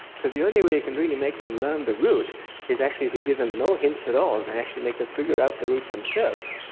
so the only way you can really make them learn the route is actually if you give them no hints at all and and actually make them figure out the route themselves.